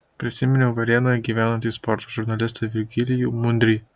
prisiminiau varėnoje gyvenantį sporto žurnalistą virgilijų mundrį